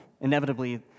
inevitably